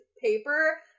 paper